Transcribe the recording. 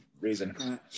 reason